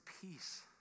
peace